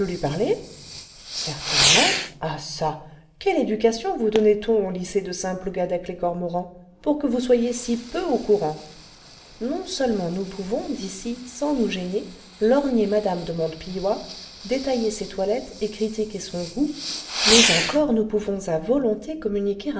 parler certainement ah ça quelle éducation vous donnait on au lycée de saint plougadec les cormorans pour que vous soyez si peu au courant non seulement nous pouvons d'ici sans nous gêner lorgner mme de montepilloy détailler ses toilettes et critiquer son goût mais encore nous pouvons à volonté communiquer